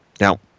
Now